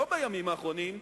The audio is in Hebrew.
לא בימים האחרונים,